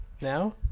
now